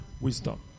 wisdom